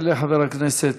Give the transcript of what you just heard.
יעלה חבר הכנסת